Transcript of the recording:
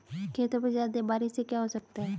खेतों पे ज्यादा बारिश से क्या हो सकता है?